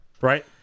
right